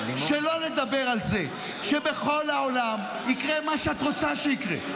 שלא לדבר על זה שבכל העולם יקרה מה שאת רוצה שיקרה.